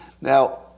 Now